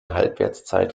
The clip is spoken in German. halbwertszeit